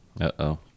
Uh-oh